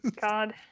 God